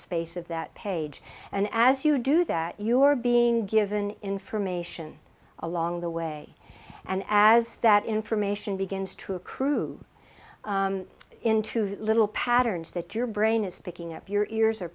space of that page and as you do that you are being given information along the way and as that information begins to accrue into little patterns that your brain is picking up your ears are